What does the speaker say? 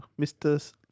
Mr